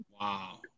Wow